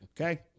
Okay